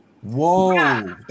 Whoa